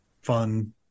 fun